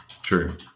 True